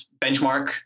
benchmark